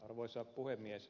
arvoisa puhemies